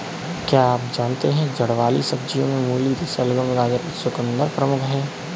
क्या आप जानते है जड़ वाली सब्जियों में मूली, शलगम, गाजर व चकुंदर प्रमुख है?